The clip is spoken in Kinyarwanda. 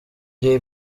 jay